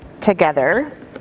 together